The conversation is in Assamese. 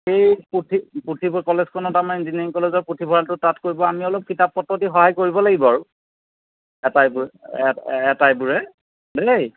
সেই কলেজখনত আমাৰ ইঞ্জিনিয়াৰিং কলেজৰ পুথিভঁৰালটো তাত কৰিব আমি অলপ কিতাপ পত্ৰ দি সহায় কৰিব লাগিব আৰু আটাইবোৰে আটাইবোৰে দেই